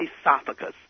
esophagus